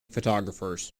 photographers